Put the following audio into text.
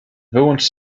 wyłącz